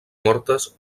mortes